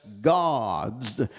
God's